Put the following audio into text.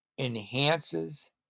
Enhances